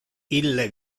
ille